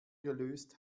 gelöst